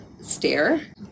stare